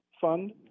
fund